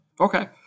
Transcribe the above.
Okay